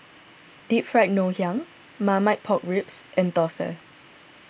Deep Fried Ngoh Hiang Marmite Pork Ribs and Thosai